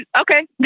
okay